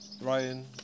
Ryan